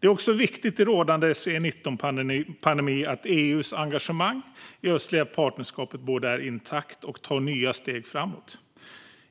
Det är också viktigt i den rådande covid-19-pandemin att EU:s engagemang i det östliga partnerskapet både är intakt och tar nya steg framåt.